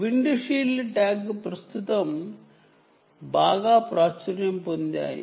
ప్రస్తుతం విండ్షీల్డ్ ట్యాగ్లు బాగా ప్రాచుర్యం పొందాయి